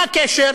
מה הקשר